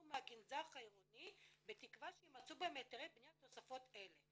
מהגנזך העירוני בתקווה שיימצאו בהם היתרי בניה לתוספות אלה.